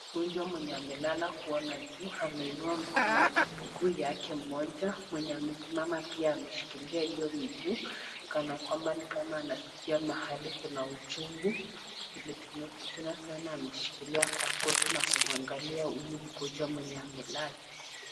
Mgonjwa mwenye amelala kuona juu ameinua mguu yake moja, mwenye amesimama pia ameshikilia hiyo mguu kana kwamba ni kama anasikia mahali kuna uchungu vile tunavyoona ameshikilia kwa goti na kumuangalia huyu mgonjwa mwenye amelala.